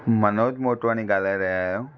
मनोज मोटवानी ॻाल्हाए रहिया आहियो